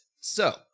So-